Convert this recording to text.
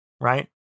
right